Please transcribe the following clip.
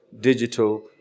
digital